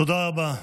תודה רבה.